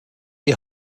die